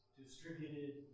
distributed